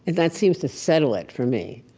and that seems to settle it for me.